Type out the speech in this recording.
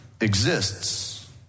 exists